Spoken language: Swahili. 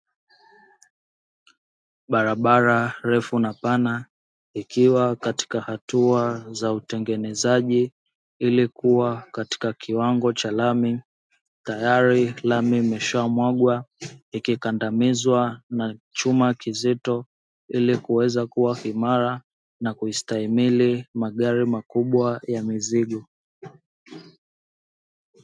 Barabara refu na pana ikiwa katika hatua za utengenezaji ili kuwa katika kiwango cha lami, tayari lami imesha mwagwa ikikandamizwa na chuma kizito ili kuweza kuwa imara na kustahimili magari makubwa ya mizigo.